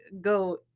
go